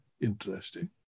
Interesting